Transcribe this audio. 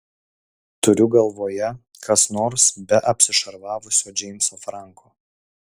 turiu galvoje kas nors be apsišarvavusio džeimso franko